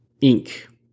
ink